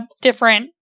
different